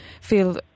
feel